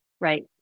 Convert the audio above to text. Right